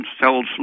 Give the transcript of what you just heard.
cells